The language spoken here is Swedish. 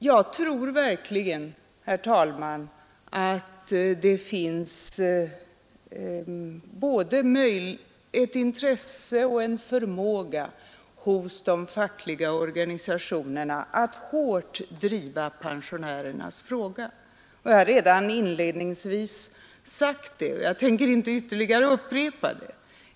Jag tror verkligen, herr talman, att de fackliga organisationerna har både intresse och förmåga att hårt driva pensionärernas sak. Jag har redan inledningsvis sagt detta, och jag tänker inte upprepa det.